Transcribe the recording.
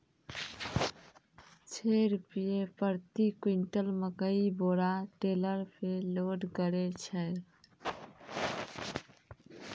छह रु प्रति क्विंटल मकई के बोरा टेलर पे लोड करे छैय?